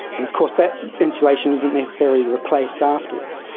and of course that insulation isn't necessarily replaced afterwards.